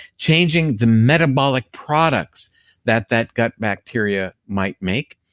changing the metabolic products that that gut bacteria might make.